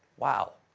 wow.